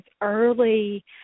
early